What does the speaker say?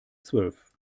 zwölf